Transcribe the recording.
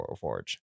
Forge